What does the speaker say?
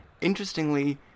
Interestingly